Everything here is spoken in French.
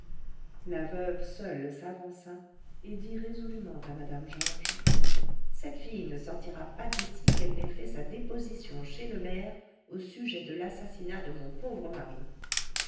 la veuve seule s'avança et dit résolument à mme georges cette fille ne sortira pas d'ici qu'elle n'ait fait sa déposition chez le maire au sujet de l'assassinat de mon pauvre mari